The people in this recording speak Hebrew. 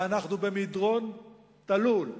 ואנחנו במדרון תלול.